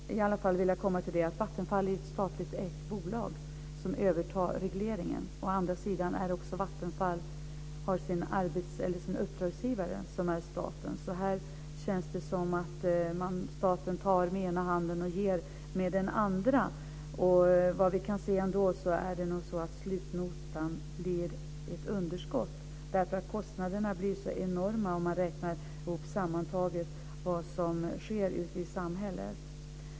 Vattenfall är ett statligt ägt bolag som övertar regleringen. Vattenfalls uppdragsgivare är staten. Här känns det som att staten tar med ena handen och ger med den andra. Slutnotan blir ett underskott. Kostnaderna blir så enorma, om man räknar ihop sammantaget vad som sker ute i samhället.